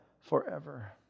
forever